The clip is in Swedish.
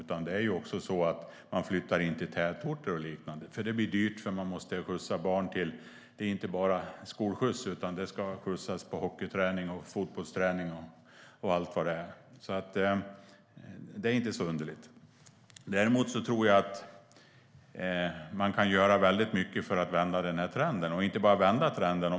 Man flyttar också in till tätorter och liknande eftersom det blir för dyrt att skjutsa barnen till inte bara skolan utan även hockeyträningar, fotbollsträningar och allt vad det är. Det är alltså inte underligt. Jag tror dock att man kan göra mycket för att vända trenden och inte bara vända trenden.